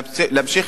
להמשיך.